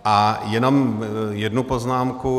A jenom jednu poznámku.